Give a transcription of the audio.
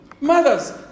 mothers